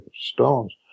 stones